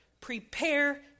prepare